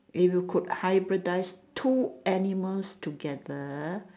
if you could hybridise two animals together